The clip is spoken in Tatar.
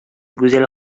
гүзәл